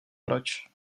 proč